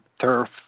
turf